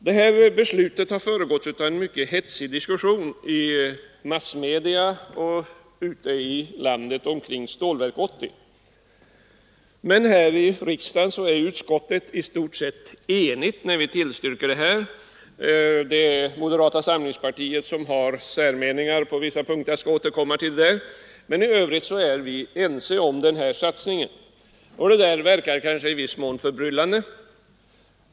Beslutet om Stålverk 80 har föregåtts av en mycket hetsig diskussion i massmedia och på annat sätt ute i landet. Men här i riksdagen är utskottet i stort sett enigt när utskottet tillstyrker förslaget. Det är moderata samlingspartiet som har särmeningar på vissa punkter — jag skall återkomma till det — men i övrigt är vi ense om satsningen. Detta verkar kanske i viss mån förbryllande.